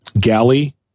galley